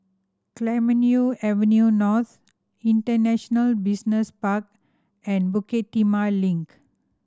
Clemenceau Avenue North International Business Park and Bukit Timah Link